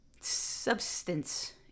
substance